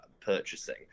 purchasing